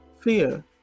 fear